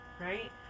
right